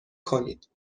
کنید